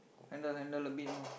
handle handle a bit more